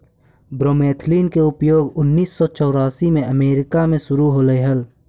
bromethalin के उपयोग उन्नीस सौ चौरासी में अमेरिका में शुरु होलई